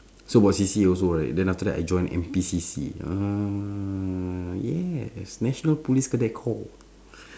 so what C_C_A also right then after that I join N_P_C_C ah yes national police cadet corps